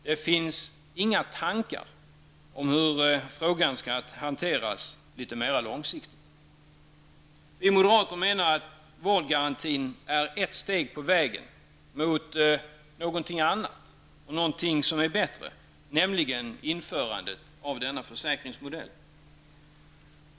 Det finns inga tankar om hur frågan skall hanteras litet mera långsiktigt. Vi moderater menar att vårdgarantin är ett steg på vägen mot någonting annat och bättre, nämligen införandet av en försäkringsmodell.